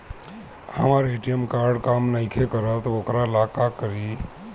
हमर ATM card काम नईखे करत वोकरा ला का करी?